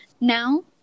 Now